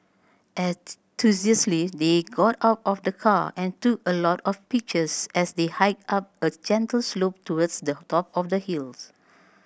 enthusiastically they got out of the car and took a lot of pictures as they hiked up a gentle slope towards the top of the hills